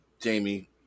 Jamie